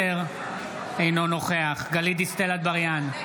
אינו נוכח גלית דיסטל אטבריאן,